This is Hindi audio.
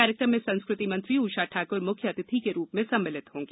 कार्यक्रम में संस्कृति मंत्री ऊषा छाक्र म्ख्य अतिथि के रूप में सम्मिलित होंगी